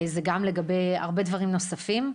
זה גם לגבי הרבה דברים נוספים.